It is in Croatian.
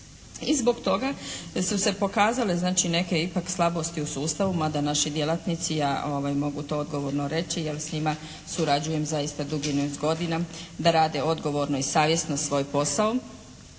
I zbog toga da su se pokazale znači neke ipak slabosti u sustavu mada naši djelatnici, ja mogu to odgovorno reći jer s njima surađujem zaista dugi niz godina, da rade odgovorno i savjesno svoj posao,